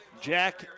Jack